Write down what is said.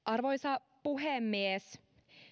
arvoisa puhemies